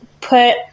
put